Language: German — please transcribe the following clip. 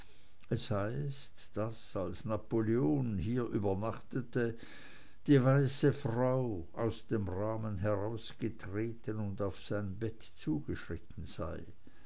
es heißt daß als napoleon hier übernachtete die weiße frau aus dem rahmen herausgetreten und auf sein bett zugeschritten sei